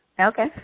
Okay